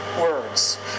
words